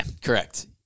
Correct